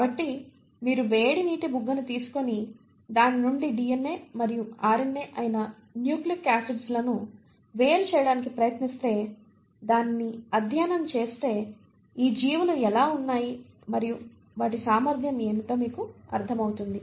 కాబట్టి మీరు వేడి నీటి బుగ్గ నీటిని తీసుకొని దాని నుండి DNA మరియు RNA అయిన న్యూక్లియిక్ ఆసిడ్స్ లను వేరుచేయడానికి ప్రయత్నిస్తే దానిని అధ్యయనం చేస్తే ఈ జీవులు ఎలా ఉన్నాయి మరియు వాటి సామర్థ్యం ఏమిటో మీకు అర్థమవుతుంది